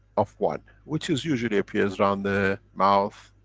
of one, which is usually appears around the mouth,